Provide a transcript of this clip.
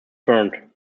burnt